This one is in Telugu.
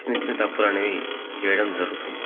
చిన్న చిన్న తప్పులు అనేవి చేయడం జరుగుతుంది